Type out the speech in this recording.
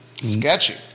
Sketchy